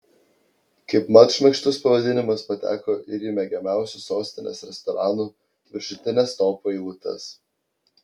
kaip mat šmaikštus pavadinimas pateko ir į mėgiamiausių sostinės restoranų viršutines topų eilutes